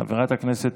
שמספרן 2235,